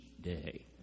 day